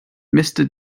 mister